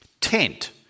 Tent